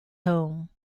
home